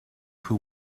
who